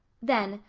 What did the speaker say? then,